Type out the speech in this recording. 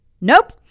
Nope